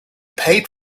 paid